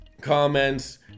comments